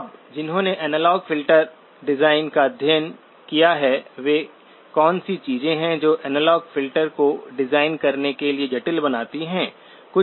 अब जिन्होंने analogue filter design का अध्ययन किया है वे कौन सी चीज़ें हैं जो एनालॉग फ़िल्टर को डिज़ाइन करने के लिए जटिल बनाती हैं